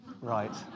Right